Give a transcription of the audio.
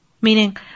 Meaning